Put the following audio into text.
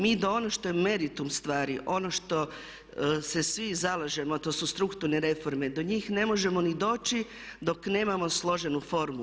Mi ono što je meritum stvari, ono što se svi zalažemo a to su strukturne reforme do njih ne možemo ni doći dok nemamo složenu formu.